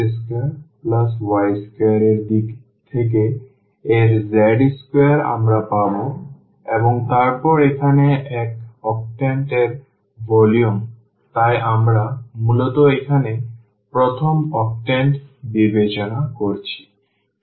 সুতরাং x2y2 এর দিক থেকে এর z স্কয়ার আমরা পাব এবং তারপর এখানে এক octant এর ভলিউম তাই আমরা মূলত এখানে প্রথম octant বিবেচনা করছি